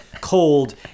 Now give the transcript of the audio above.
cold